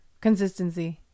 Consistency